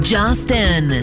Justin